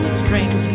strength